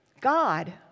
God